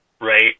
right